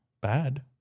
bad